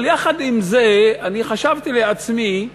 אבל יחד עם זה אני חשבתי לעצמי,